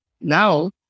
now